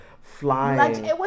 flying